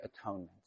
atonement